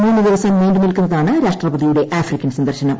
മൂന്ന് ദിവസം നീണ്ടു നിൽക്കുന്നതാണ് രാഷ്ട്രപതിയുടെ ആഫ്രിക്കൻ സന്ദർശനം